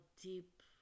deep